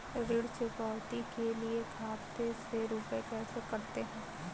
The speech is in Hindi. ऋण चुकौती के लिए खाते से रुपये कैसे कटते हैं?